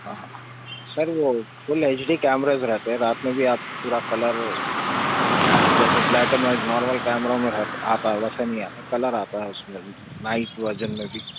سر وہ full H D cameras رہتے رات میں بھی آپ پورا کلر جیسے بلیک اینڈ وائٹ نارمل کیمروں میں رہتا آتا ہے ویسے نہیں آتا کلر آتا ہے اُس میں بھی نائٹ ورژن میں بھی